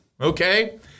Okay